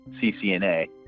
ccna